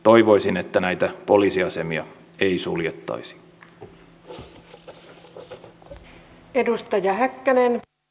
toivoisin että näitä poliisiasemia ei suljettaisi